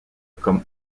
comme